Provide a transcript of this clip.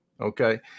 okay